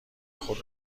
خود